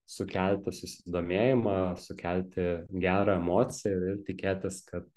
sukelti susidomėjimą sukelti gerą emociją ir tikėtis kad